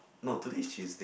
no today is Tuesday